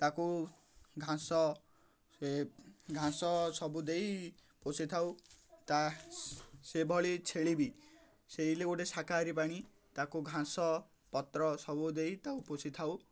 ତା'କୁ ଘାସ ସେ ଘାସ ସବୁ ଦେଇ ପୋଷିଥାଉ ତା ସେଭଳି ଛେଳି ବି ସେ ଗୋଟେ ଶାକାହାରୀ ପ୍ରାଣୀ ତା'କୁ ଘାଁସ ପତ୍ର ସବୁ ଦେଇ ତା'କୁ ପୋଷିଥାଉ